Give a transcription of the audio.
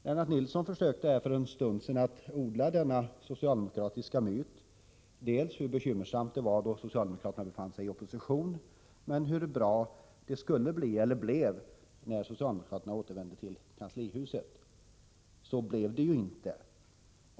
Lennart Nilsson försökte här för en stund sedan odla denna socialdemokratiska myt — dels hur bekymmersamt det var då socialdemokraterna befann sig i opposition, dels hur bra det skulle bli när socialdemokraterna återvände till kanslihuset. Så blev det ju inte.